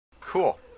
Cool